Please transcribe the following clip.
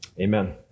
Amen